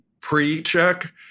pre-check